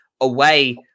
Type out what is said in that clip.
away